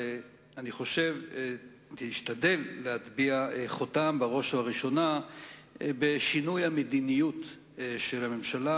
ואני חושב שנשתדל להטביע חותם בראש ובראשונה בשינוי המדיניות של הממשלה,